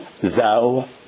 thou